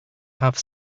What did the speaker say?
have